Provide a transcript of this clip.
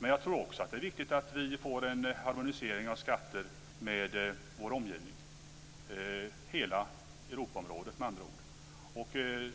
Men jag tror också att det är viktigt att vi får en harmonisering av skatter gentemot vår omgivning - hela Europaområdet med andra ord.